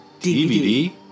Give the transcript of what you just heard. dvd